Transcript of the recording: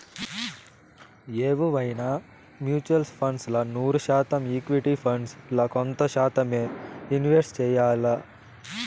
ఎవువైనా mutual funds ల నూరు శాతం ఈక్విటీ ఫండ్స్ ల కొంత శాతమ్మే ఇన్వెస్ట్ చెయ్యాల్ల